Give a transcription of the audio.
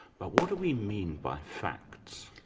but what do we mean by facts?